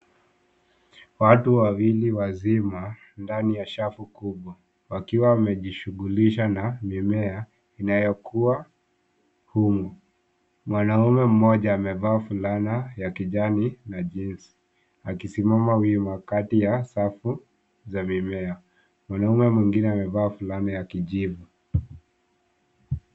Watu wawili wazima ndani ya shafu kubwa wakiwa wamejishughulisha na mimea inayokuwa humu. Mwanaume mmoja amevaa fulana ya kijani na jeans akisimama wima kati ya safu za mimea. Mwanaume mwingine amevaa fulana ya kijivu.